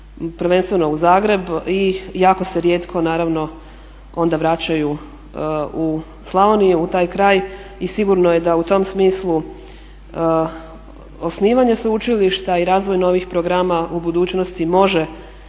prvenstveno u Zagreb i jako se rijetko naravno onda vraćaju u Slavoniju u taj kraj i sigurno je da u tom smislu osnivanje sveučilišta i razvoj novih programa u budućnosti može